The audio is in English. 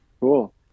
Cool